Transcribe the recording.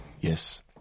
Yes